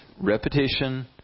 repetition